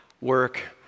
work